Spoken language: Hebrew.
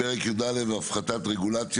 פרק י"א (הפחתת רגולציה),